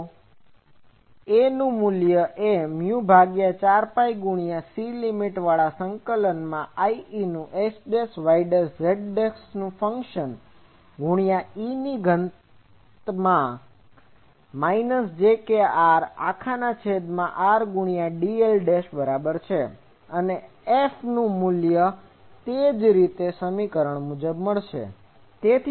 તો A 4πcIexyz e j krrdl A નું મુલ્ય એ મ્યુ ભાગ્યા 4 પાઈ ગુણ્યા c લીમીટ વાળા સંકલન માં Ie નું x' y' z' નું ફંક્શન ગુણ્યા e ની ઘાત માં માઈનસ j kr અખાના છેદ માં r ગુણ્યા dl ની બરાબર અને F4πcImxyz e j krrdl F નું મુલ્ય એ જ રીતે મળશે